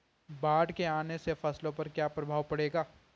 बाढ़ के आने से फसलों पर क्या प्रभाव पड़ेगा?